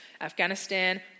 Afghanistan